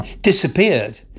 disappeared